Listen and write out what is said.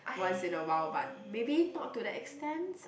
once in a while but maybe not to the extends